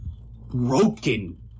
broken